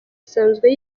isanzwe